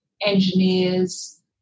engineers